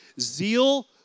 zeal